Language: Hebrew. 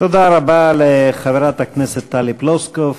תודה רבה לחברת הכנסת טלי פלוסקוב,